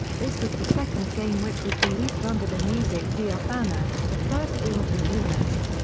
this was the second game which was released under the musicvr banner, the first being tres lunas.